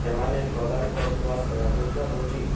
ଏମାନେ ପ୍ରଦାନ କରୁଥିବା ସେବା ଗୁଡ଼ିକ ହେଉଛି